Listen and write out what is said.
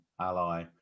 ally